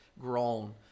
grown